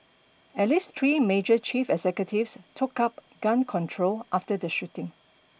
at least three major chief executives took up gun control after the shooting